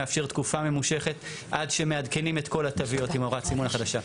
מאפשר תקופה ממושכת עד שמעדכנים את כל התוויות עם הוראת סימון החדשה.